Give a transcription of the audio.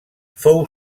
fou